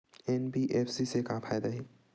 NBFC से का फ़ायदा हे?